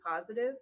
positive